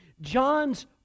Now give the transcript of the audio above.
John's